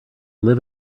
live